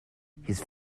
this